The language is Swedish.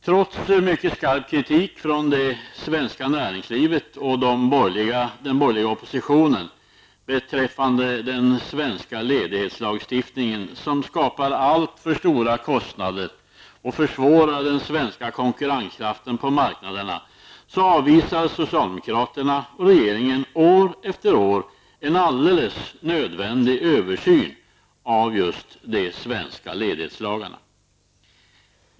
Trots mycket skarp kritik från det svenska näringslivet och den borgerliga oppositionen beträffande den svenska ledighetslagstiftningen, som skapar alltför stora kostnader och försvårar den svenska konkurrenskraften på marknaderna, avvisar socialdemokraterna och regeringen år efter år en alldeles nödvändig översyn av just dessa svenska ledighetslagar.